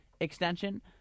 extension